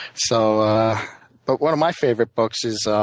so but one of my favorite books is